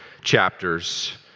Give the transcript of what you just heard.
chapters